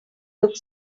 look